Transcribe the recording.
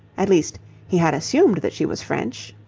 at least he had assumed that she was french,